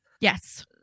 Yes